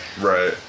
Right